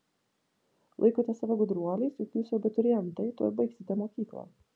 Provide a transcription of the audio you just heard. laikote save gudruoliais juk jūs jau abiturientai tuoj baigsite mokyklą